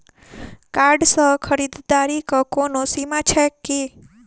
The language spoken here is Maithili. कार्ड सँ खरीददारीक कोनो सीमा छैक की?